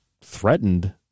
threatened